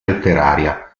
letteraria